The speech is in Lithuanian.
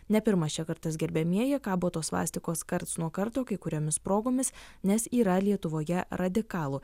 ne pirmas čia kartas gerbiamieji kabo tos svastikos karts nuo karto kai kuriomis progomis nes yra lietuvoje radikalų